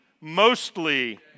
mostly